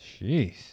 Jeez